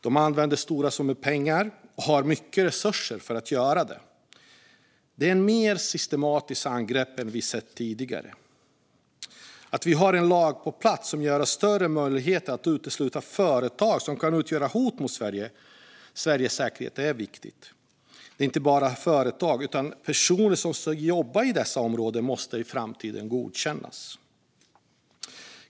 De använder stora summor pengar och har mycket resurser för att göra detta. Det är ett mer systematiskt angrepp än vi sett tidigare. Att vi har en lag på plats som ger oss större möjligheter att utesluta företag som kan utgöra hot mot Sveriges säkerhet är viktigt. Det handlar dock inte bara om företag, utan även personer som jobbar i dessa områden måste i framtiden godkännas.